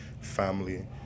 family